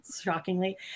shockingly